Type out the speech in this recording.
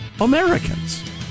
Americans